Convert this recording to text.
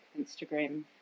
Instagram